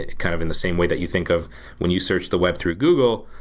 kind of in the same way that you think of when you search the web through google,